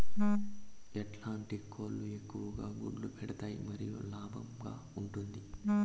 ఎట్లాంటి కోళ్ళు ఎక్కువగా గుడ్లు పెడతాయి మరియు లాభంగా ఉంటుంది?